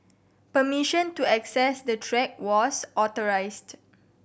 permission to access the track was authorised